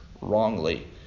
wrongly